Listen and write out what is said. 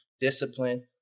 discipline